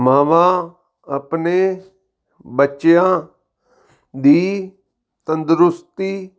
ਮਾਵਾਂ ਆਪਣੇ ਬੱਚਿਆਂ ਦੀ ਤੰਦਰੁਸਤੀ